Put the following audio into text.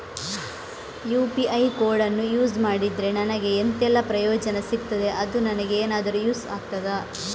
UPI ಕೋಡನ್ನು use ಮಾಡಿದ್ರೆ ನನಗೆ ಎಂಥೆಲ್ಲಾ ಪ್ರಯೋಜನ ಸಿಗ್ತದೆ, ಅದು ನನಗೆ ಎನಾದರೂ ಯೂಸ್ ಆಗ್ತದಾ?